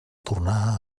tornar